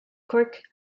cork